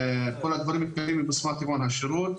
כל הדברים מקבלים מבשמת טבעון השירות.